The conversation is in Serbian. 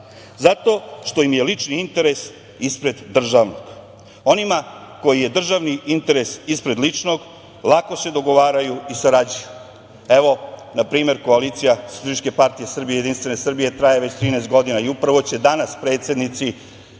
Zato što im je lični interes ispred državnog. Onima koji je državni interes ispred ličnog lako se dogovaraju i sarađuju. Evo, na primer, koalicija SPS i JS, traje već 13 godina, i upravo će danas predsednici